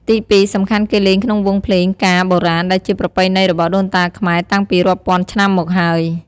ទី២ សំខាន់គេលេងក្នុងវង់ភ្លេងការបុរាណដែលជាប្រពៃណីរបស់ដូនតាខ្មែរតាំងពីរាប់ពាន់ឆ្នាំមកហើយ។